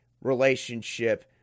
relationship